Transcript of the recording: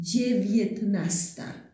dziewiętnasta